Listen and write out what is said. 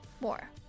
more